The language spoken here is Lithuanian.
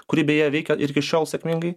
kuri beje veikia ir iki šiol sėkmingai